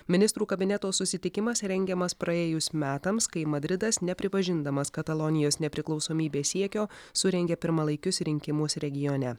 ministrų kabineto susitikimas rengiamas praėjus metams kai madridas nepripažindamas katalonijos nepriklausomybės siekio surengė pirmalaikius rinkimus regione